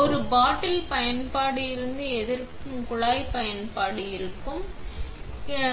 ஒரு பாட்டில் பயன்பாடு இருந்து எதிர்க்கும் குழாய் பயன்பாடு இருந்து எதிர்க்கும் போது